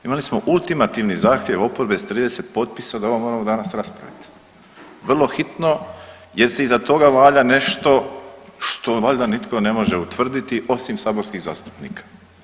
Imali smo ultimativni zahtjev oporbe s 30 potpisa da ovo moramo danas raspraviti, vrlo hitno jer se iza toga valja nešto što valjda nitko ne može utvrditi osim saborskih zastupnika.